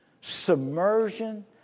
submersion